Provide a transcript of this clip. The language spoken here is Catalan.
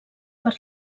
per